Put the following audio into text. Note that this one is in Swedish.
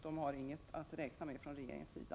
De har inget att räkna med från regeringens sida.